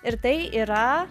ir tai yra